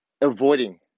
avoiding